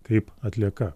kaip atlieka